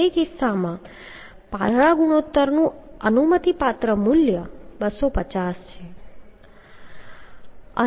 તે કિસ્સામાં પાતળું ગુણોત્તરનું અનુમતિપાત્ર મૂલ્ય 250 છે